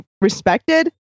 respected